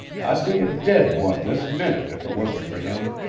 i'd be a dead one this minute if it wasn't for him.